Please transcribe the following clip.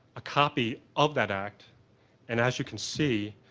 a copy of that act and as you can see,